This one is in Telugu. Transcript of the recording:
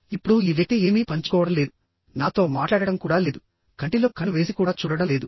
ఇప్పుడు ఈ వ్యక్తి ఏమీ పంచుకోవడం లేదు నాతో మాట్లాడటం కూడా లేదు కంటిలో కన్ను వేసి కూడా చూడడం లేదు